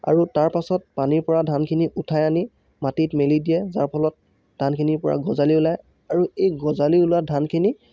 আৰু তাৰ পাছত পানীৰ পৰা ধানখিনি উঠাই আনি মাটিত মেলি দিয়ে যাৰ ফলত ধানখিনিৰ পৰা গজালি ওলাই আৰু এই গজালি ওলোৱা ধানখিনি